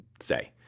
say